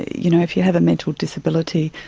you know, if you have a mental disability,